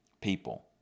people